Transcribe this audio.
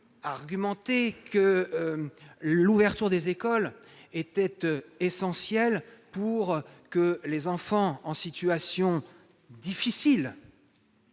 argué que l'ouverture des écoles est essentielle pour les enfants en situation difficile,